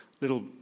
little